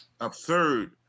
absurd